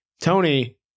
Tony